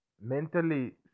mentally